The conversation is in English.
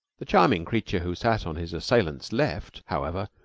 the charming creature who sat on his assailant's left, however,